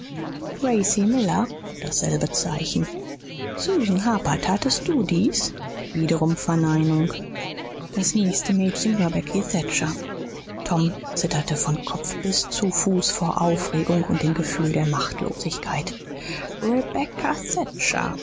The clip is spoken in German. miller dasselbe zeichen susan harper tatest du dies wiederum verneinung das nächste mädchen war becky thatcher tom zitterte von kopf bis zu fuß vor aufregung und dem gefühl der machtlosigkeit